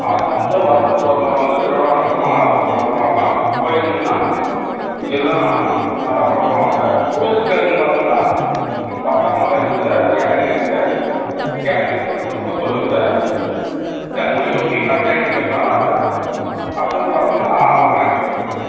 அதுவும் வந்து வருஷத்துக்கு ஒரு முறை வந்து திருவிழா நடத்துவாங்க அதுவும் பிரபலமாக இருக்கும் கோயிலுங்கன்னால் இதுதான் நல்லா பிரபலமானது டூரிஸ்ட் ப்ளேஸ்ஸுன்னு பார்த்தீங்கன்னா வத்தல் மலை இருக்குது ஏலகிரி இருக்குது ஏலகிரி வந்து திருப்பத்தூரில் இருக்குது தர்மபுரி ஒட்டி அட்ஜாயிண்ட்டுங்கிறதுனால அதை அடுத்தது பார்த்தீங்கன்னா ஒகேனக்கல் இருக்குது